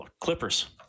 Clippers